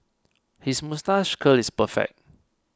his moustache curl is perfect